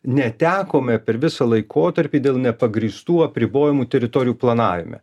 netekome per visą laikotarpį dėl nepagrįstų apribojimų teritorijų planavime